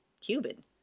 Cuban